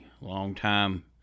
longtime